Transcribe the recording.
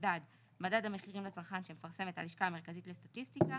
מדד המחירים לצרכן שמפרסמת הלשכה המרכזית לסטטיסטיקה.